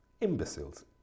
imbeciles